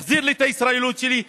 ויחזיר לי את הישראליות שלי.